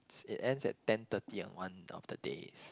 it ends at ten thirty at one of the days